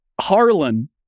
Harlan